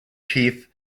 chief